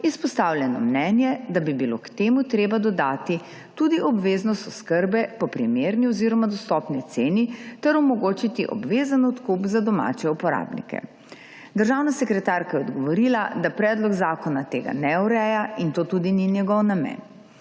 izpostavljeno mnenje, da bi bilo k temu treba dodati tudi obveznost oskrbe po primerni oziroma dostopni ceni ter omogočiti obvezen odkup za domače uporabnike. Državna sekretarka je odgovorila, da predlog zakona tega ne ureja, in to tudi ni njegov namen.